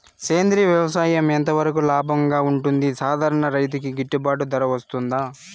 సేంద్రియ వ్యవసాయం ఎంత వరకు లాభంగా ఉంటుంది, సాధారణ రైతుకు గిట్టుబాటు ధర వస్తుందా?